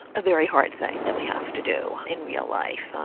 a very hard thing that we have to do in real life.